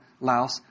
Laos